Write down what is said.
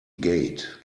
gate